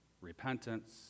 repentance